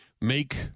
make